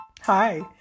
Hi